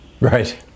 Right